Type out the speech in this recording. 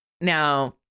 Now